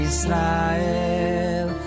Israel